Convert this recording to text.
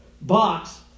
box